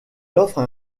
offrent